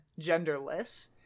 genderless